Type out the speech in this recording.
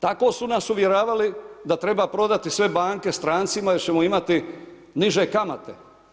Tako su nas uvjeravali da treba prodati sve banke strancima jer ćemo imati niže kamate.